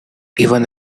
even